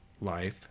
life